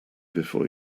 before